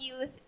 youth